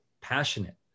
passionate